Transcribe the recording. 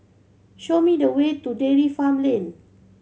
show me the way to Dairy Farm Lane